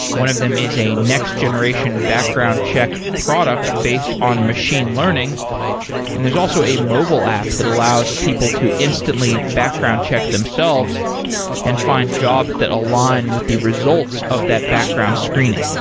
one of them is a next-generation background check product based on machine learning and there's also a mobile app that allows people to instantly background check themselves and find jobs that align with the results of that background screening.